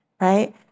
right